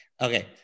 okay